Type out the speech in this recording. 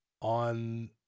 on